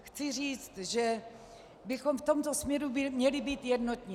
Chci říct, že bychom v tomto směru měli být jednotní.